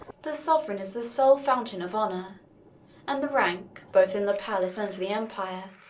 the sovereign is the sole fountain of honor and the rank, both in the palace and the empire,